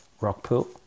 Rockpool